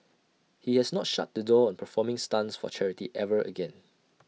he has not shut the door on performing stunts for charity ever again